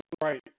right